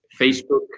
Facebook